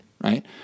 right